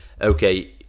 okay